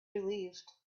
relieved